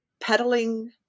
Peddling